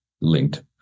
linked